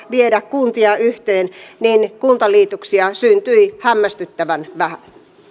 viedä kuntia yhteen niin kuntaliitoksia syntyi hämmästyttävän vähän